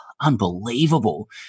unbelievable